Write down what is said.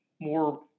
more